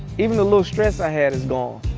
even the little stress i had is gone.